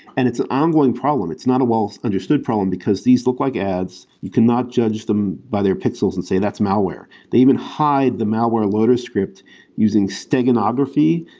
and it's an on-going problem. it's not a well-understood problem, because these look like ads. you cannot judge them by their pixels and say, that's malware. they even hide the malware loader script using steganography,